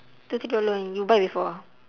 two three dollar only you buy before ah